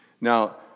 Now